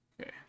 Okay